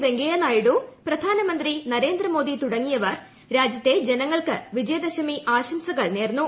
വെങ്കയ്യ നായിഡു പ്രധാനമന്ത്രി നരേന്ദ്രമോദി തുടങ്ങിയവർ രാജ്യത്തെ ജനങ്ങൾക്ക് വിജയദശമി ആശംസകൾ നേർന്നു